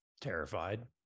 terrified